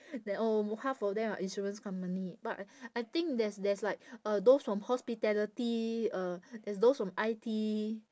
that oh half of them are insurance company but I think there's there's like those from hospitality uh there's those from I_T